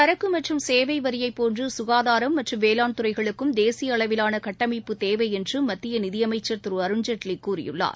சரக்குமற்றும் சேவைவரியைப் போன்றுகாதாரம் மற்றும் வேளாண் துறைகளுக்கும் தேசியஅளவிவானகட்டமைப்பு தேவைஎன்றுமத்தியநிதிஅமைச்சா் திருஅருண்ஜேட்லிகூறியுள்ளார்